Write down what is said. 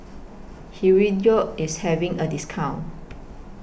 Hirudoid IS having A discount